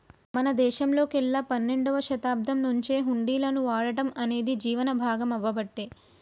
మన దేశంలోకెల్లి పన్నెండవ శతాబ్దం నుంచే హుండీలను వాడటం అనేది జీవనం భాగామవ్వబట్టే